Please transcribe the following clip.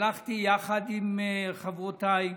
שלחתי יחד עם חברותיי,